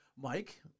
Mike